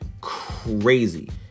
Crazy